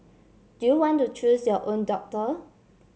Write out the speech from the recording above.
do you want to choose your own doctor